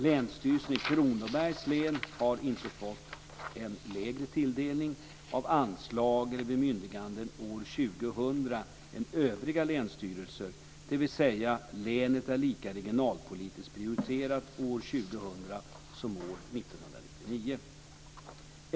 Länsstyrelsen i Kronobergs län har inte fått en lägre tilldelning av anslag eller bemyndiganden år 2000 än övriga länsstyrelser, dvs. att länet är lika regionalpolitiskt prioriterat år 2000 som år 1999.